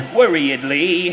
worriedly